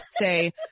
say